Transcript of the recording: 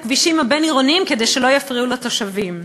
הכבישים הבין-עירוניים כדי שלא יפריעו לתושבים.